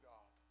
God